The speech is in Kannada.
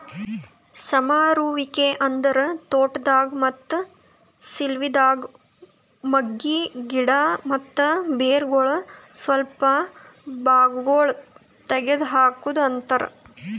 ಸಮರುವಿಕೆ ಅಂದುರ್ ತೋಟದಾಗ್, ಮತ್ತ ಸಿಲ್ವಿದಾಗ್ ಮಗ್ಗಿ, ಗಿಡ ಮತ್ತ ಬೇರಗೊಳ್ ಸ್ವಲ್ಪ ಭಾಗಗೊಳ್ ತೆಗದ್ ಹಾಕದ್ ಅಂತರ್